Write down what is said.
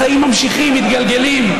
החיים ממשיכים, מתגלגלים.